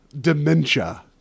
dementia